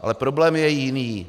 Ale problém je jiný.